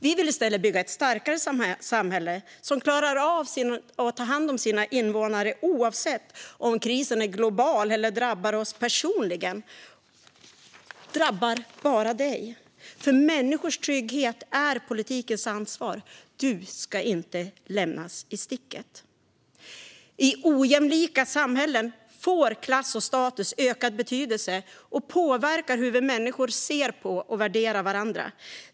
Vi vill i stället bygga ett starkare samhälle, som klarar av att ta hand om sina invånare oavsett om krisen är global eller drabbar oss personligen - drabbar bara dig. Människors trygghet är nämligen politikens ansvar; du ska inte lämnas i sticket. I ojämlika samhällen får klass och status ökad betydelse och påverkar hur vi människor ser på och värderar varandra.